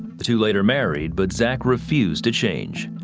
the two later married, but zachary fused to change.